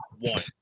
one